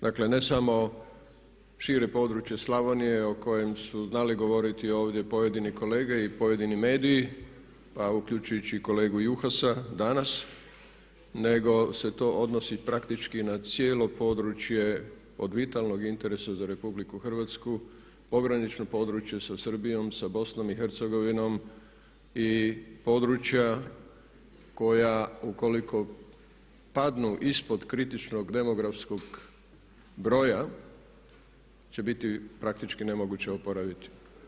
Dakle, ne samo šire područje Slavonije o kojem su znali govoriti ovdje pojedini kolege i pojedini mediji pa uključujući i kolegu Juhasa danas nego se to odnosi praktički na cijelo područje od vitalnog interesa za RH, pogranično područje sa Srbijom, sa BIH i područja koja ukoliko padnu ispod kritičnog demografskog broja će biti praktični nemoguće oporaviti.